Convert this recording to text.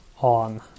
on